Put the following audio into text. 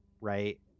right